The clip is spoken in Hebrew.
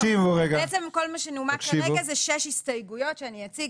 בעצם כל מה שנומק כרגע זה שש הסתייגויות שאני אציג.